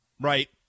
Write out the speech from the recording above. right